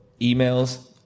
emails